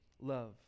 love